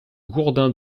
gourdin